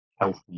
healthy